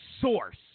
source